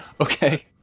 Okay